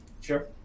Sure